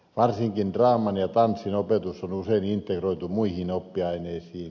varsinkin draaman ja tanssin opetus on usein integroitu muihin oppiaineisiin